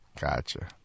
Gotcha